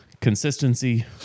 Consistency